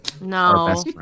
No